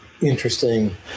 interesting